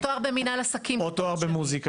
או תואר במנהל עסקים --- או תואר במוזיקה?